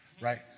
right